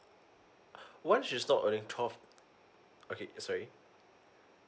what if she's not earning twelve okay sorry